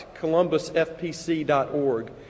columbusfpc.org